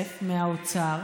בכסף מהאוצר